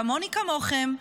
כמוני-כמוכם,